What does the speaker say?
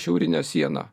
šiaurinę sieną